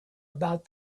about